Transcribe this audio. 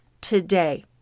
today